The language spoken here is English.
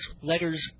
letters